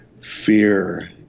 fear